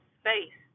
space